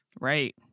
Right